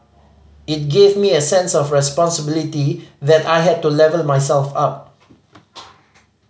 it gave me a sense of responsibility that I had to level myself up